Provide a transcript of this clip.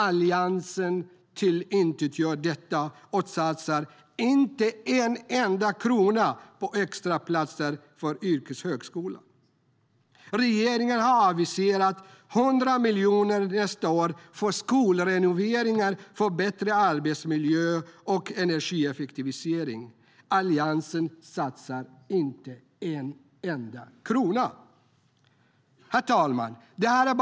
Men Alliansen tillintetgör detta och satsar inte en enda krona på extraplatser i yrkeshögskolan. Regeringen har aviserat 100 miljoner nästa år för skolrenoveringar för bättre arbetsmiljö och energieffektivisering. Alliansen satsar inte en enda krona på detta område. Herr talman!